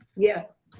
yes.